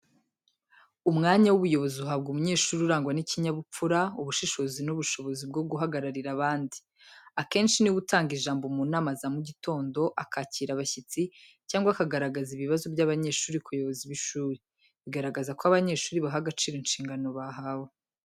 Umwanya w’ubuyobozi uhabwa umunyeshuri urangwa n’ikinyabupfura, ubushishozi n’ubushobozi bwo guhagararira abandi. Akenshi ni we utanga ijambo mu nama za mu gitondo, akakira abashyitsi, cyangwa akagaragaza ibibazo by’abanyeshuri ku bayobozi b’ishuri. Bigaragaza ko abanyeshuri baha agaciro inshingano bahawe.